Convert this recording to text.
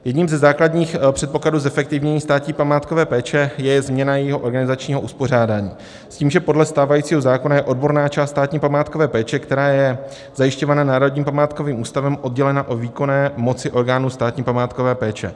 Jedním ze základních předpokladů zefektivnění státní památkové péče je změna jejího organizačního uspořádání s tím, že podle stávajícího zákona je odborná část státní památkové péče, která je zajišťována Národním památkovým ústavem, oddělena od výkonné moci orgánů státní památkové péče.